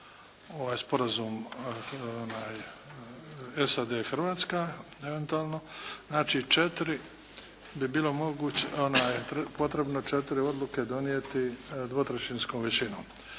sporazum SAD i Hrvatska eventualno. Znači, bilo bi potrebno četiri odluke donijeti dvotrećinskom većinom.